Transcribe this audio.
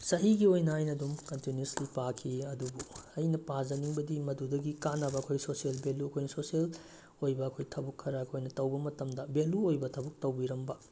ꯆꯍꯤꯒꯤ ꯑꯣꯏꯅ ꯑꯩꯅ ꯑꯗꯨꯝ ꯀꯟꯇꯤꯅꯨꯌ꯭ꯁꯂꯤ ꯄꯥꯈꯤ ꯑꯗꯨꯕꯨ ꯑꯩꯅ ꯄꯥꯖꯅꯤꯡꯕꯗꯤ ꯃꯗꯨꯗꯒꯤ ꯀꯥꯟꯅꯕ ꯑꯩꯈꯣꯏ ꯁꯣꯁꯦꯜ ꯕꯦꯂꯨ ꯑꯩꯈꯣꯏ ꯁꯦꯁꯦꯜ ꯑꯣꯏꯕ ꯑꯩꯈꯣꯏ ꯊꯕꯛ ꯈꯔ ꯑꯩꯈꯣꯏꯅ ꯇꯧꯕ ꯃꯇꯝꯗ ꯕꯦꯂꯨ ꯑꯣꯏꯕ ꯊꯕꯛ ꯇꯧꯕꯤꯔꯝꯕ